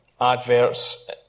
adverts